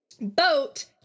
Boat